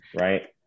right